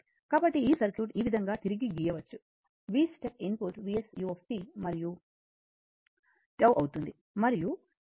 కాబట్టి ఈ సర్క్యూట్ ఈ విధంగా తిరిగి గీయవచ్చు ఇది V step input Vs u మరియు r అవుతుంది మరియు L